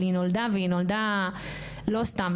אבל היא נולדה והיא נולדה לא סתם.